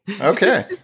Okay